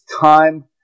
time